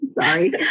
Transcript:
Sorry